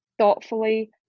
Thoughtfully